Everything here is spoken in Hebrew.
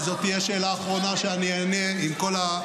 וזו תהיה השאלה האחרונה שאענה עליה,